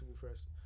first